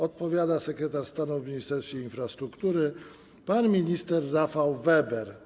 Odpowiada sekretarz stanu w Ministerstwie Infrastruktury pan minister Rafał Weber.